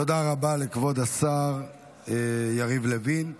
תודה רבה לכבוד השר יריב לוין.